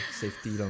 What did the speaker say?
Safety